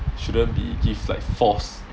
shouldn't be give like false